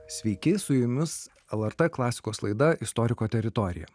sveiki su jumis lrt klasikos laida istoriko teritorija